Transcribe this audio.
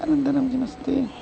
अनन्तरं किमस्ति